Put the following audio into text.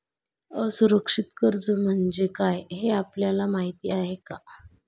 असुरक्षित कर्ज म्हणजे काय हे आपल्याला माहिती आहे का?